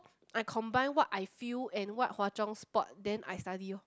I combine what I feel and what Hua-Chong spot then I study orh